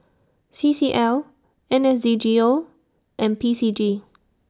C C L N S Z G O and P C G